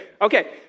Okay